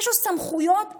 יש לו סמכויות אדירות.